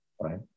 right